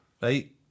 right